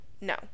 no